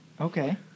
Okay